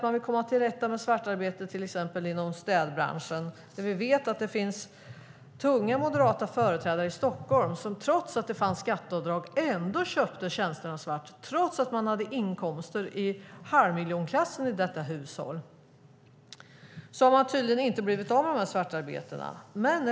Man vill komma till rätta med svartarbete till exempel inom städbranschen, där vi vet att det finns tunga moderata företrädare i Stockholm som trots att det fanns skatteavdrag köpte tjänsterna svart. Det handlade då om ett hushåll som hade inkomster i halvmiljonklassen. Tydligen har man inte blivit av med dessa svarta arbeten.